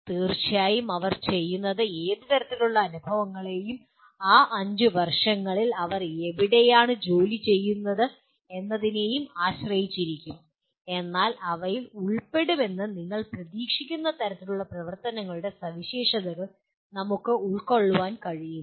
തീർച്ചയായും അവർ ചെയ്യുന്നത് ഏത് തരത്തിലുള്ള അനുഭവങ്ങളെയും ആ 5 വർഷങ്ങളിൽ അവർ എവിടെയാണ് ജോലി ചെയ്യുന്നത് എന്നതിനെയും ആശ്രയിച്ചിരിക്കും എന്നാൽ അവയിൽ ഉൾപ്പെടുമെന്ന് ഞങ്ങൾ പ്രതീക്ഷിക്കുന്ന തരത്തിലുള്ള പ്രവർത്തനങ്ങളുടെ സവിശേഷതകൾ നമുക്ക് ഉൾക്കൊള്ളാൻ കഴിയുമോ